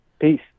Peace